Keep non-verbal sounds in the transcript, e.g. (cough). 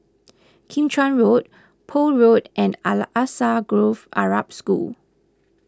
Kim Chuan Road Poole Road and (unintelligible) Alsagoff Arab School